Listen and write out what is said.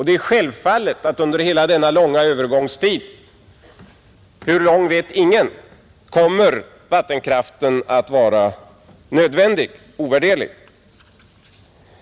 Det är självfallet att under hela denna långa övergångstid — hur lång vet ingen — kommer vattenkraften att vara nödvändig och ovärderlig.